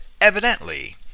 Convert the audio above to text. evidently